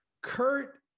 Kurt